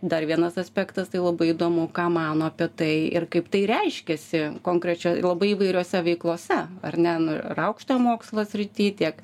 dar vienas aspektas tai labai įdomu ką mano apie tai ir kaip tai reiškiasi konkrečiai labai įvairiose veiklose ar ne nu ir aukštojo mokslo srity tiek